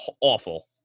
awful